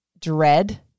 dread